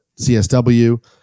CSW